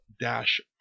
dash